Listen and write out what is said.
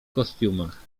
kostiumach